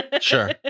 Sure